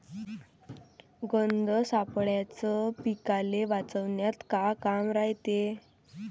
गंध सापळ्याचं पीकाले वाचवन्यात का काम रायते?